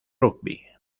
rugby